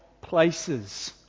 places